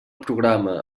programa